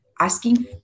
Asking